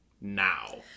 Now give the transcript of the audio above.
now